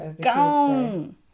gone